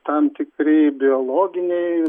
tam tikri biologiniai